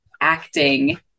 acting